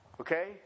okay